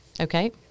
Okay